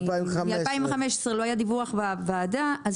מסתבר שמ-2015 לא היה דיווח לוועדה אז